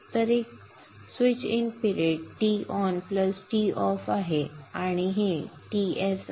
तर एकूण switch in period Ton Toff आहे हे Ts आहे